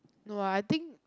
no ah I think